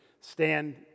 stand